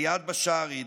אביעד בשארי,